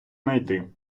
найти